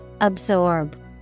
Absorb